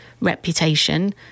reputation